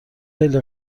خیلی